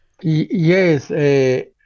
Yes